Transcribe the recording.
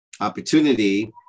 opportunity